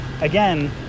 Again